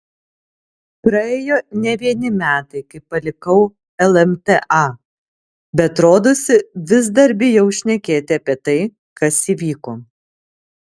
praėjo ne vieni metai kai palikau lmta bet rodosi vis dar bijau šnekėti apie tai kas įvyko